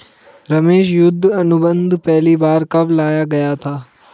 रमेश युद्ध अनुबंध पहली बार कब लाया गया था?